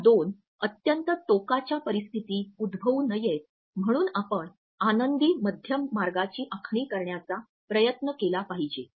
या दोन अत्यंत टोकाच्या परिस्थिती उद्भवू नयेत म्हणून आपण आनंदी मध्यम मार्गाची आखणी करण्याचा प्रयत्न केला पाहिजे